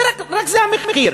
רק זה המחיר.